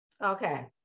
okay